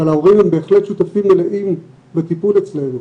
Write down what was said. אבל ההורים הם בהחלט שותפים מלאים לטיפול אצלנו.